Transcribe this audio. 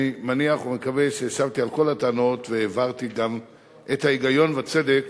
אני מניח ומקווה שהשבתי על כל הטענות והעברתי גם את ההיגיון והצדק